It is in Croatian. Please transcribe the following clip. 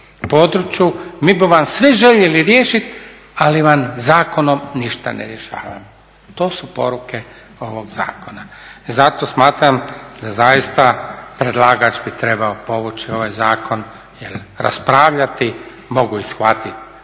području mi bi vam sve željeli riješiti ali vam zakonom ništa ne rješavamo. To su poruke ovog zakona. Zato smatram da zaista predlagač bi trebao povući ovaj zakon jel raspravljati, mogu ih shvatiti